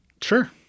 Sure